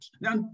Now